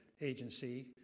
agency